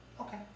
Okay